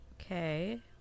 Okay